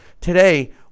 Today